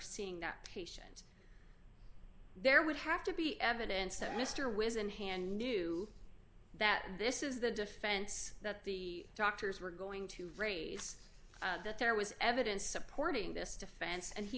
seeing that patient there would have to be evidence that mr whiz in hand knew that this is the defense that the doctors were going to raise that there was evidence supporting this defense and he